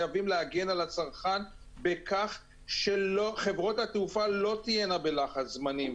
להגן על הצרכן בכך שחברות התעופה לא תהיינה בלחץ זמנים.